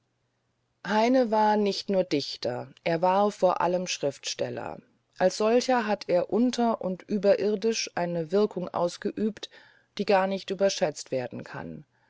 heine war nicht nur dichter er war vor allem schriftsteller als solcher hat er unter und überirdisch eine wirkung ausgeübt die nicht leicht überschätzt werden kann